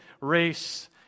race